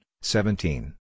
seventeen